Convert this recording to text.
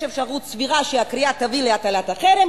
יש אפשרות סבירה שהקריאה תביא להטלת החרם,